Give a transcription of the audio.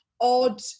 odd